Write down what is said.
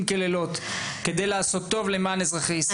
כלילות כדי לעשות טוב למען אזרחי ישראל.